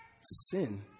sin